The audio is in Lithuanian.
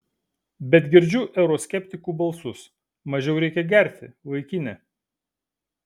bet girdžiu euroskeptikų balsus mažiau reikia gerti vaikine